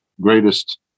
greatest